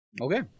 Okay